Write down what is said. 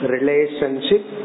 Relationship